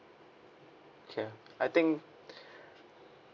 ya I think